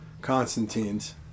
Constantine's